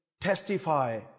testify